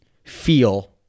feel